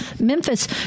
Memphis